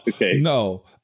no